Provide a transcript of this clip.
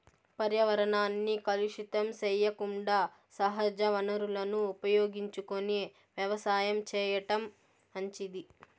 పర్యావరణాన్ని కలుషితం సెయ్యకుండా సహజ వనరులను ఉపయోగించుకొని వ్యవసాయం చేయటం మంచిది